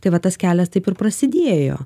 tai va tas kelias taip ir prasidėjo